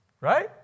Right